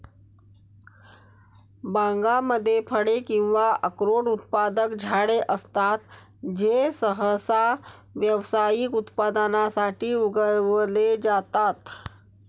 बागांमध्ये फळे किंवा अक्रोड उत्पादक झाडे असतात जे सहसा व्यावसायिक उत्पादनासाठी उगवले जातात